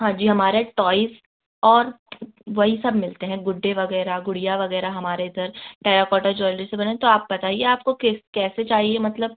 हाँ जी हमारे टॉयज़ और वही सब मिलते हैं गुड्डे वग़ैरह गुड़िया वग़ैरह हमारे इधर टेराकोटा ज्वेलरी से बने हैं तो आप बताइए आपको किस कैसे चाहिए मतलब